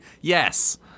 yes